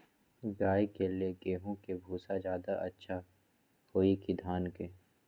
गाय के ले गेंहू के भूसा ज्यादा अच्छा होई की धान के?